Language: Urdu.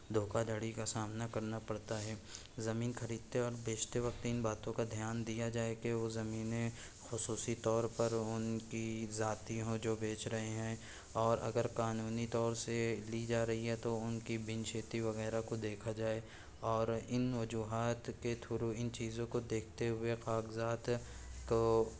دھوکا دھڑی کا سامنا کرنا پڑتا ہے زمین خریدتے اور بیچتے وقت ان باتوں کا دھیان دیا جائے کہ وہ زمینیں خصوصی طور پر ان کی ذاتی ہوں جو بیچ رہے ہیں اور اگر قانونی طور سے لی جا رہی ہیں تو ان کی بنچھتی وغیرہ کو دیکھا جائے اور ان وجوہات کے تھرو ان چیزوں کو دیکھتے ہوئے کاغذات کو